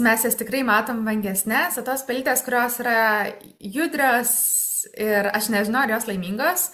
mes jas tikrai matom vangesnes o tos pelytės kurios yra judrios ir aš nežinau ar jos laimingos